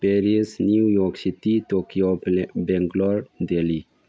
Paris New York City Tokyo Bangalore Delhi